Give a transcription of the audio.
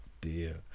dear